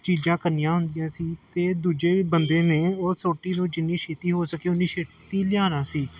ਚੀਜ਼ਾਂ ਕਰਨੀਆਂ ਹੁੰਦੀਆਂ ਸੀ ਅਤੇ ਦੂਜੇ ਵੀ ਬੰਦੇ ਨੇ ਉਹ ਸੋਟੀ ਨੂੰ ਜਿੰਨੀ ਛੇਤੀ ਹੋ ਸਕੇ ਓਨੀ ਛੇਤੀ ਲਿਆਉਣਾ ਸੀ